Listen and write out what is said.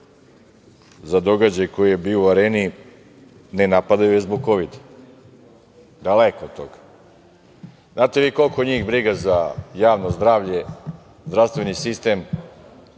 za događaj koji je bio u Areni ne napadaju je zbog kovida, daleko od toga. Znate koliko je njih briga za javno zdravlje, zdravstveni sistem,